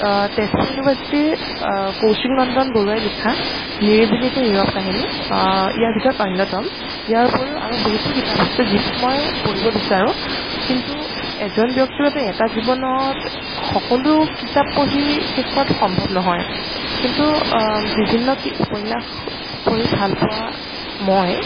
তেজপুৰ ইউনিভাৰ্চিটীৰ কৌশিক নন্দন বৰুৱাই লিখা নিৰিবিলি এটি নীৰৱ কাহিনী ইয়াৰ ভিতৰত অন্য়তম ইয়াৰ উপৰিও আৰু বহুতো কিতাপ আছে যিবোৰ মই পঢ়িব বিচাৰোঁ কিন্তু এজন ব্য়ক্তিৰ বাবে এটা জীৱনত সকলো কিতাপ পঢ়ি শেষ কৰাটো সম্ভৱ নহয় কিন্তু বিভিন্ন উপন্য়াস পঢ়ি ভাল পোৱা মই